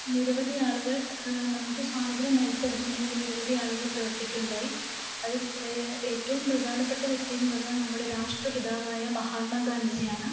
നിരവധി ആളുകൾ നമുക്ക് സ്വാതന്ത്ര്യം നേടിത്തരുന്നതിന് വേണ്ടി നിരവധി ആളുകൾ പ്രവർത്തിക്കുകയുണ്ടായി അതിൽ ഏറ്റവും പ്രധാനപ്പെട്ട വ്യക്തിയെന്ന് പറഞ്ഞാൽ നമ്മുടെ രാഷ്ട്ര പിതാവായ മഹാത്മാ ഗാന്ധിജിയാണ്